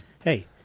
Hey